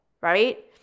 right